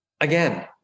again